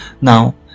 Now